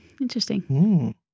Interesting